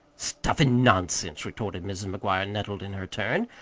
stuff an' nonsense! retorted mrs. mcguire nettled in her turn.